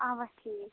اَوا ٹھیٖک